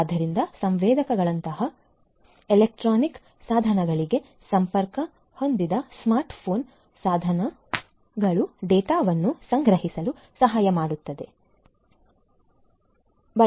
ಆದ್ದರಿಂದ ಸಂವೇದಕಗಳಂತಹ ಎಲೆಕ್ಟ್ರಾನಿಕ್ ಸಾಧನಗಳಿಗೆ ಸಂಪರ್ಕ ಹೊಂದಿದ ಸ್ಮಾರ್ಟ್ ಫೋನ್ ಸಾಧನಗಳುಡೇಟಾವನ್ನು ಸಂಗ್ರಹಿಸಲು ಸಹಾಯ ಮಾಡುತ್ತದೆ ರೋಗಿಗಳ